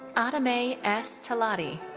aatmay s. talati.